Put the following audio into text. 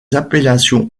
appellations